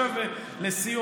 לסיום,